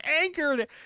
anchored